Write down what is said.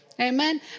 Amen